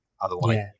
otherwise